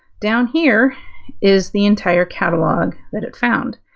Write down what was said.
down here is the entire catalog that it found.